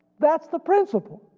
that's the principle,